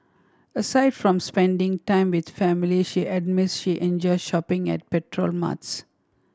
aside from spending time with family she admits she enjoys shopping at petrol marts